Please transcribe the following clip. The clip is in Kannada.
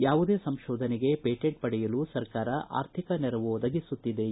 ಯಾವುದೇ ಸಂಶೋಧನೆಗೆ ಪೇಟೆಂಟ್ ಪಡೆಯಲು ಸರ್ಕಾರ ಅರ್ಥಿಕ ನೆರವು ಒದಗಿಸುತ್ತಿದೆಎಂದರು